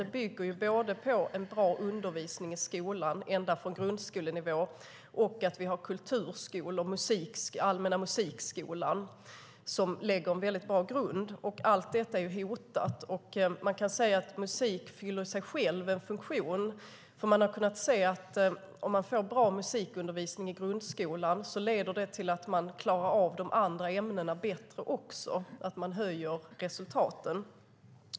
Det bygger både på en bra undervisning i skolan ända från grundskolenivå och på att vi har kulturskolor och allmänna musikskolan som lägger en väldigt bra grund. Allt detta är hotat. Man kan säga att musik i sig själv fyller en funktion. Man har kunnat se att bra musikundervisning i grundskolan leder till att elever klarar av de andra ämnena bättre och höjer resultaten.